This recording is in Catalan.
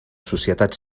societat